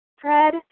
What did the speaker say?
Fred